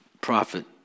Prophet